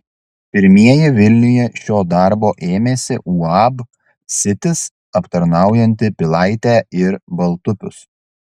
pirmieji vilniuje šio darbo ėmėsi uab sitis aptarnaujanti pilaitę ir baltupius